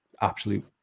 absolute